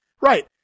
right